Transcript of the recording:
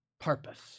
purpose